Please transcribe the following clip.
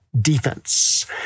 defense